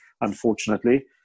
unfortunately